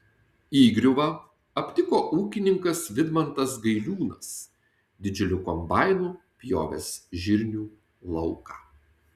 įgriuvą aptiko ūkininkas vidmantas gailiūnas didžiuliu kombainu pjovęs žirnių lauką